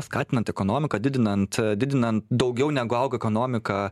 skatinant ekonomiką didinant didinant daugiau negu auga ekonomika